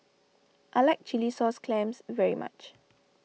I like Chilli Sauce Clams very much